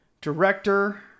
director